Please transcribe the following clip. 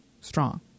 strong